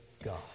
God